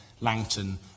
Langton